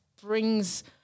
brings